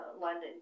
London